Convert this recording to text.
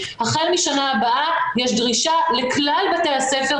החל משנה הבאה יש דרישה לכלל בתי הספר,